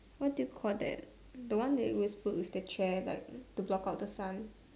what do you call that the one that it was with the chair like to block out the sun